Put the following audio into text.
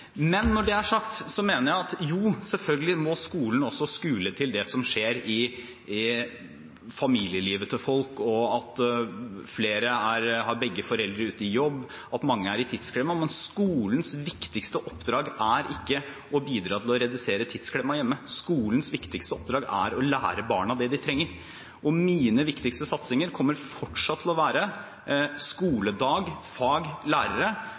Når det er sagt, mener jeg at skolen selvfølgelig må skule til det som skjer i familielivet til folk, at flere har begge foreldrene ute i jobb, og at mange er i tidsklemma. Men skolens viktigste oppdrag er ikke å bidra til å redusere tidsklemma hjemme. Skolens viktigste oppdrag er å lære barna det de trenger. Mine viktigste satsinger kommer fortsatt til å være skoledag, fag og lærere,